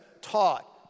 Taught